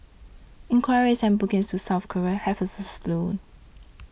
inquiries and bookings to South Korea have also slowed